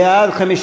בעד,